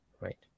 right